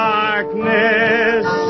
darkness